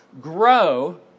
grow